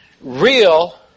real